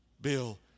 Bill